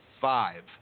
five